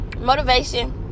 motivation